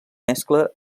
mescla